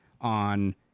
on